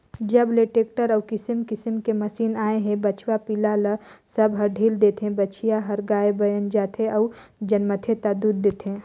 जब ले टेक्टर अउ किसम किसम के मसीन आए हे बछवा पिला ल सब ह ढ़ील देथे, बछिया हर गाय बयन जाथे अउ जनमथे ता दूद देथे